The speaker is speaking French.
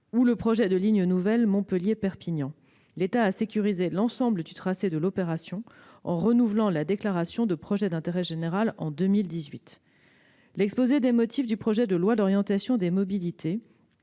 pour le projet de ligne nouvelle Montpellier-Perpignan. L'État a sécurisé l'ensemble du tracé de l'opération en renouvelant la déclaration de projet d'intérêt général en 2018. L'exposé des motifs du projet de loi d'orientation des mobilités